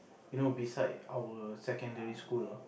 you know beside our secondary school lah